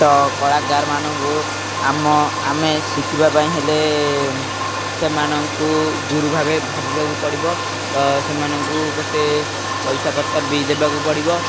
ତ କଳାକାରମାନଙ୍କୁ ଆମ ଆମେ ଶିଖିବା ପାଇଁ ହେଲେ ସେମାନଙ୍କୁ ଗୁରୁ ଭାବେ ଭାବିବାକୁ ପଡ଼ିବ ତ ସେମାନଙ୍କୁ କେତେ ପଇସା ପତ୍ର ବି ଦେବାକୁ ପଡ଼ିବ